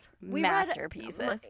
masterpieces